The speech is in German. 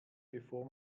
bevor